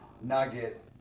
nugget